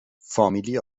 فامیلی